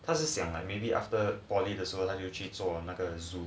他是想 like maybe after poly 的时候又去做那个 zoo